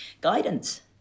guidance